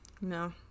No